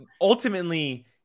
ultimately